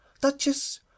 Duchess